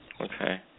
Okay